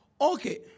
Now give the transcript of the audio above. Okay